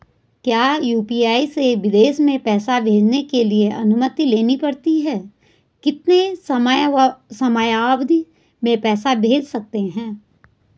क्या यु.पी.आई से विदेश में पैसे भेजने के लिए अनुमति लेनी पड़ती है कितने समयावधि में पैसे भेज सकते हैं?